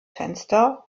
fenster